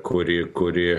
kuri kuri